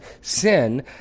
sin